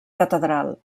catedral